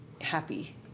happy